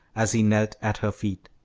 as he knelt at her feet.